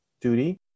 duty